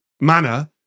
manner